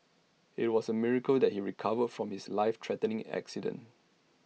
IT was A miracle that he recovered from his life threatening accident